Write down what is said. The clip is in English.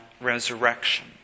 resurrection